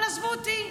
אבל עזבו אותי,